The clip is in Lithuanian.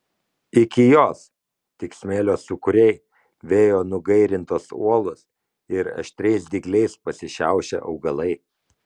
iki jos tik smėlio sūkuriai vėjo nugairintos uolos ir aštriais dygliais pasišiaušę augalai